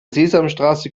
sesamstraße